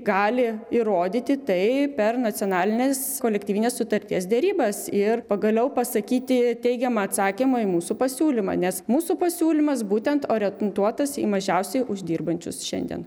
gali įrodyti tai per nacionalinės kolektyvinės sutarties derybas ir pagaliau pasakyti teigiamą atsakymą į mūsų pasiūlymą nes mūsų pasiūlymas būtent orientuotas į mažiausiai uždirbančius šiandien